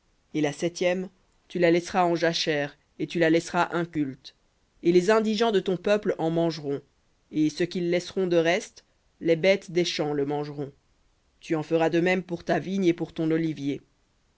et la septième tu la laisseras en jachère et tu la laisseras inculte et les indigents de ton peuple en mangeront et ce qu'ils laisseront de reste les bêtes des champs le mangeront tu en feras de même pour ta vigne et pour ton olivier